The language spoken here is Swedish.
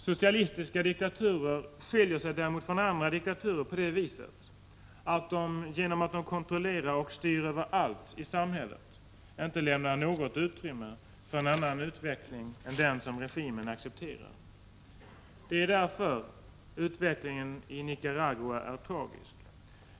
Socialistiska diktaturer skiljer sig däremot från andra diktaturer på det viset att de genom att de kontrollerar och styr överallt i samhället inte lämnar något utrymme för en annan utveckling än den som regimen accepterar. Det är därför utvecklingen i Nicaragua är tragisk.